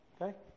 okay